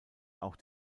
auch